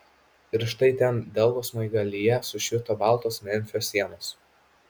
ir štai ten deltos smaigalyje sušvito baltos memfio sienos